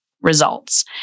results